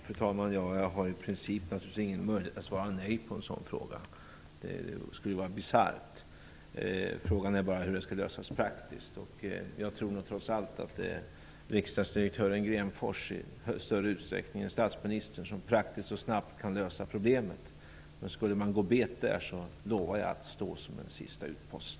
Fru talman! Jag har i princip ingen möjlighet att svara nej på en sådan fråga. Det skulle vara bisarrt. Frågan är bara hur det skall lösas praktiskt. Jag tror nog trots allt att riksdagsdirektör Grenfors i större utsträckning än statsministern praktiskt och snabbt kan lösa problemet. Skulle han gå bet, lovar jag att stå som en sista utpost.